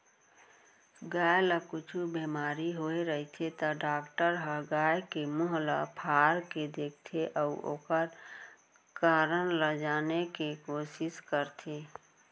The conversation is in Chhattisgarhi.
गाय ल कुछु बेमारी होय रहिथे त डॉक्टर ह गाय के मुंह ल फार के देखथें अउ ओकर कारन ल जाने के कोसिस करथे